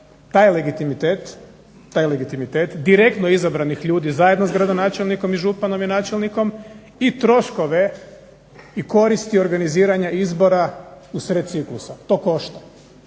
taj legitimitet direktno izabranih ljudi zajedno s gradonačelnikom, i županom i načelnikom i troškove i koristi organiziranja izbora u sred ciklusa, to košta.